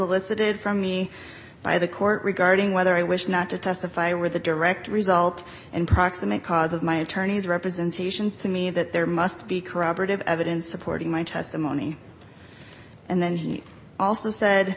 elicited from me by the court regarding whether i wish not to testify with the direct result and proximate cause of my attorney's representations to me that there must be corroborative evidence supporting my testimony and then he also said